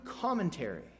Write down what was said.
commentary